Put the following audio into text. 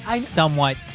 somewhat